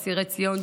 אסירי ציון,